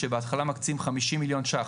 שבהתחלה מקצים 50 מיליון שקלים,